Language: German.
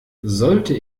sollte